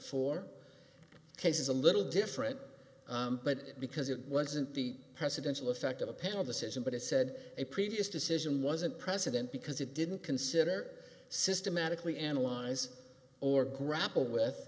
four cases a little different but because it wasn't the presidential effect of a panel decision but it said a previous decision wasn't president because it didn't consider systematically analyze or grapple with